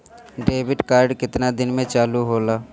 Debit card केतना दिन में चालु होला?